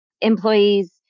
employees